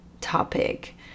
topic